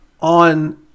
on